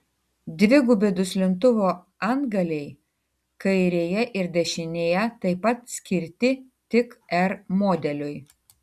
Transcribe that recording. dvigubi duslintuvo antgaliai kairėje ir dešinėje taip pat skirti tik r modeliui